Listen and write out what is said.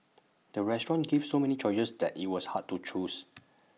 the restaurant gave so many choices that IT was hard to choose